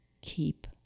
keep